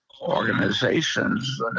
organizations